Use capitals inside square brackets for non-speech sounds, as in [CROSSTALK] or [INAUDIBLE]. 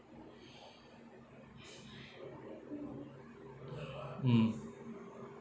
[BREATH] mm